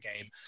game